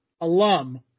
alum